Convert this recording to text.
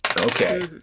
Okay